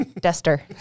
Duster